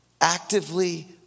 Actively